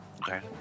Okay